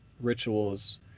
rituals